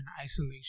isolation